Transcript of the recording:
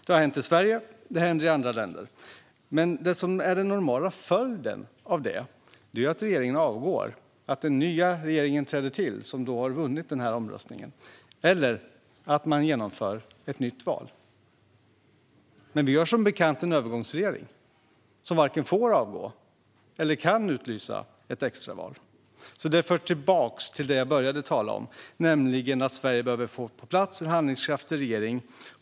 Det har hänt i Sverige, och det händer i andra länder. Men det som är den normala följden av detta är att regeringen avgår och att den nya regeringen, som har vunnit omröstningen, träder till eller att man genomför ett nytt val. Vi har dock som bekant en övergångsregering, som varken får avgå eller kan utlysa ett extraval. Det för mig tillbaka till det jag började med att tala om, nämligen att Sverige behöver få på plats en handlingskraftig regering.